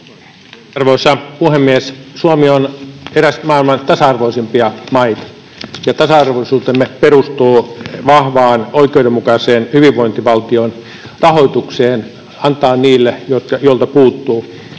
Arvoisa puhemies! Suomi on eräs maailman tasa-arvoisimpia maita, ja tasa-arvoisuutemme perustuu vahvaan, oikeudenmukaiseen hyvinvointivaltion rahoitukseen antaa niille, joilta puuttuu.